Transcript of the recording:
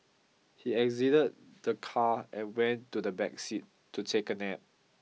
he exited the car and went to the back seat to take a nap